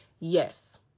Yes